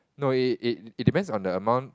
no it it it depends on the amount